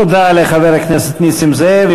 תודה לחבר הכנסת נסים זאב.